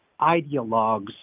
ideologues